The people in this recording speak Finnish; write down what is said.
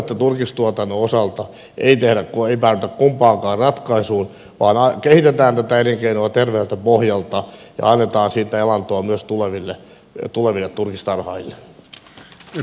toivon että turkistuotannon osalta ei päädytä kumpaankaan ratkaisuun vaan kehitetään tätä elinkeinoa terveeltä pohjalta ja annetaan siitä elantoa myös tuleville turkistarhaajille